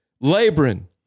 laboring